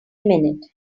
minute